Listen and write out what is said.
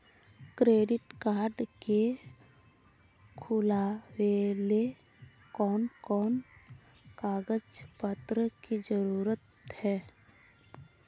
Credit card के खुलावेले कोन कोन कागज पत्र की जरूरत है?